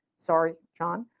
sorry, john.